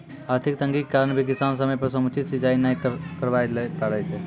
आर्थिक तंगी के कारण भी किसान समय पर समुचित सिंचाई नाय करवाय ल पारै छै